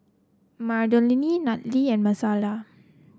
Madilynn Natalee and Messiah